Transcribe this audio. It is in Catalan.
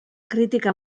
crítica